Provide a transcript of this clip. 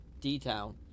D-Town